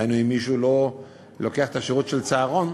דהיינו, אם מישהו לא לוקח את השירות של צהרון.